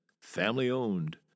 family-owned